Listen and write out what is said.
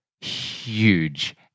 Huge